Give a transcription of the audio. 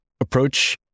approach